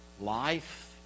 life